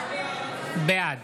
בעד